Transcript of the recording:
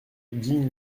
digne